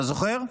אתה זוכר?